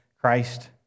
Christ